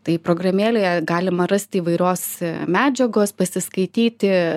tai programėlėje galima rasti įvairios medžiagos pasiskaityti